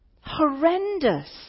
horrendous